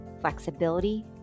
flexibility